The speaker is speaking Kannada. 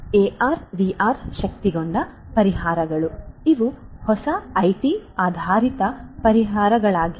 ಆದಾಗ್ಯೂ ಈ AR VR ಶಕ್ತಗೊಂಡ ಪರಿಹಾರಗಳು ಇವು ಹೊಸ ಐಟಿ ಆಧಾರಿತ ಪರಿಹಾರಗಳಾಗಿವೆ